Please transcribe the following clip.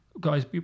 Guys